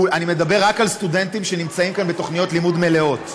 אני מדבר רק על סטודנטים שנמצאים כאן בתוכניות לימוד מלאות.